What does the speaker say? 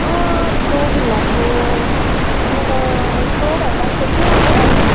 यस्तो घिन लाग्दो म त यस्तो भइरहेको छ कि अब